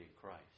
Christ